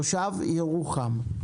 תושב ירוחם,